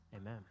Amen